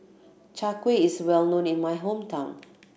Chai Kuih is well known in my hometown